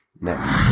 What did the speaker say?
Next